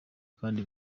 kandi